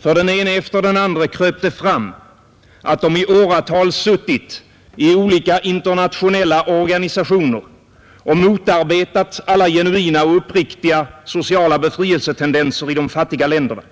För den ene efter den andre kröp det fram, att de i åratal suttit i olika internationella organisationer och motarbetat alla genuina och uppriktiga sociala befrielsetendenser i de fattiga länderna,